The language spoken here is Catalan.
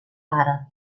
àrab